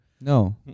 No